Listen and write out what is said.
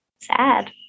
Sad